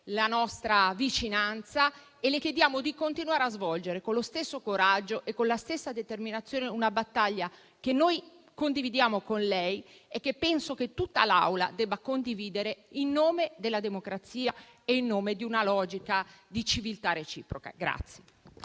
la nostra vicinanza e le chiediamo di continuare a svolgere con lo stesso coraggio e con la stessa determinazione una battaglia che noi condividiamo con lei e che penso che tutta l'Aula debba condividere in nome della democrazia e di una logica di civiltà reciproca.